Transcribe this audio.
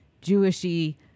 Jewish-y